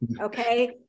Okay